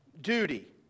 duty